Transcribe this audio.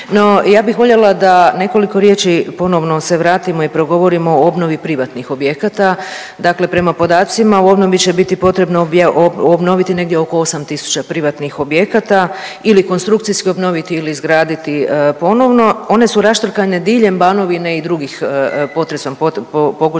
ja bih voljela da nekoliko riječi ponovno se vratimo i progovorimo o obnovi privatnih objekata. Dakle, prema podacima u obnovi će biti potrebno obnoviti negdje oko 8.000 privatnih objekata ili konstrukcijski obnoviti ili izgraditi ponovno. One su raštrkane diljem Banovine i drugim potresom pogođenih